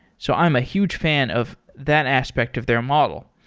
so i'm a huge fan of that aspect of their model.